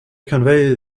convey